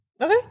Okay